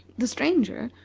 the stranger,